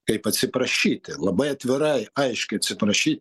kaip atsiprašyti labai atvirai aiškiai atsiprašyt